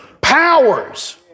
powers